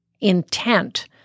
intent